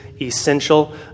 essential